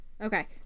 Okay